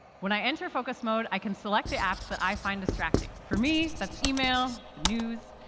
when i enter focus mode, i can select the apps that i find distracting. for me, that's email, news.